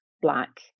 black